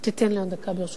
אתה תיתן לי עוד דקה, ברשותך,